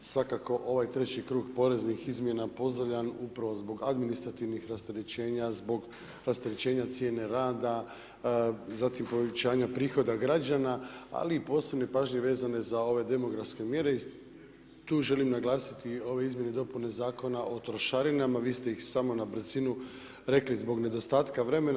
Svakako ovaj treći krug poreznih izmjena pozdravljam upravo zbog administrativnih rasterećenja, zbog rasterećenja cijene rada, zatim povećanja prihoda građana, ali i posebne pažnje vezane za ove demografske mjere i tu želim naglasiti ove izmjene i dopune zakona o trošarinama, vi ste ih samo na brzinu rekli zbog nedostatka vremena.